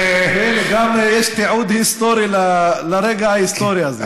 הינה, גם יש תיעוד לרגע ההיסטורי הזה.